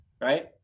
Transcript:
right